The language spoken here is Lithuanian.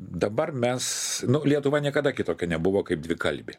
dabar mes nu lietuva niekada kitokia nebuvo kaip dvikalbė